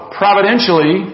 providentially